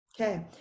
Okay